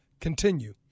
continue